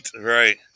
right